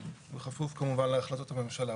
בכפוף כמובן להחלטות הממשלה.